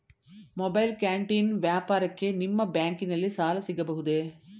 Mobile canteen ವ್ಯಾಪಾರಕ್ಕೆ ನಿಮ್ಮ ಬ್ಯಾಂಕಿನಲ್ಲಿ ಸಾಲ ಸಿಗಬಹುದೇ?